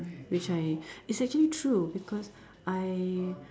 which I it's actually true because I